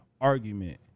argument